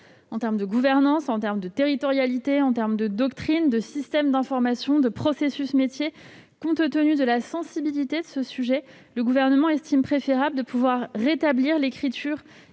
en termes de gouvernance, de territorialité, de doctrines, de systèmes d'information et de processus métier. Compte tenu de la sensibilité de ce sujet, le Gouvernement estime préférable de rétablir la